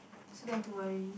so you have to worry